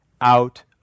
out